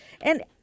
And-